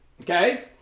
okay